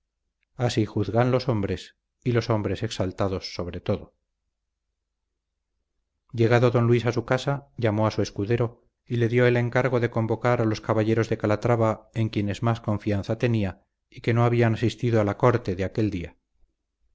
así juzgan los hombres y los hombres exaltados sobre todo llegado don luis a su casa llamó a su escudero y le dio el encargo de convocar a los caballeros de calatrava en quienes más confianza tenía y que no habían asistido a la corte de aquel día